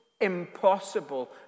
impossible